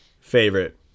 favorite